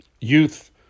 youth